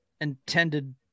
intended